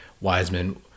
Wiseman